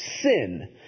sin